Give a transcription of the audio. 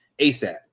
ASAP